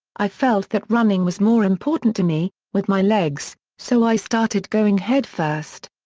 i felt that running was more important to me, with my legs, so i started going head-first.